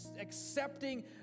accepting